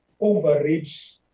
overreach